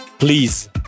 please